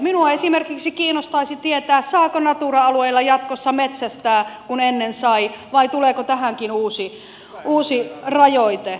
minua esimerkiksi kiinnostaisi tietää saako natura alueilla jatkossa metsästää kun ennen sai vai tuleeko tähänkin uusi rajoite